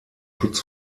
schutz